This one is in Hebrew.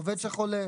עובד שחולה,